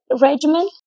regimen